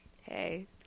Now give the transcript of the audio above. hey